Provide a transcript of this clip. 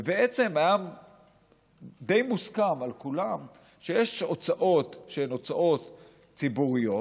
ובעצם היה די מוסכם על כולם שיש הוצאות שהן הוצאות ציבוריות,